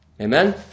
Amen